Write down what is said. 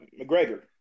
McGregor